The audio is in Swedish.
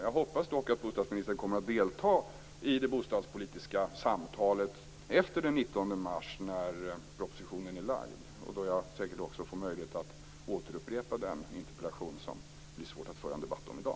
Jag hoppas dock att bostadsministern kommer att delta i det bostadspolitiska samtalet efter den 19 mars, när propositionen är framlagd och då jag säkert också får möjlighet att återupprepa den interpellation som det blir svårt att föra en debatt om i dag.